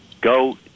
go